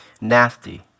nasty